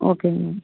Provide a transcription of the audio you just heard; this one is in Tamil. ஓகேங்க மேம்